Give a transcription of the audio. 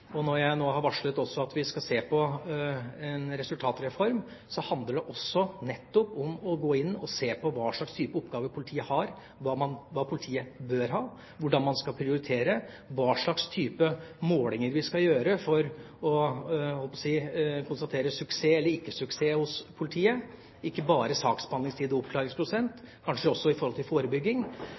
Når jeg nå har varslet at vi også skal se på en resultatreform, handler det nettopp om å gå inn og se på hvilke typer oppgaver politiet har, hvilke politiet bør ha, hvordan man skal prioritere og hva slags typer målinger vi skal gjøre for å – jeg holdt på å si – konstatere suksess eller ikke suksess hos politiet ikke bare når det gjelder saksbehandlingstid og oppklaringsprosent, men kanskje også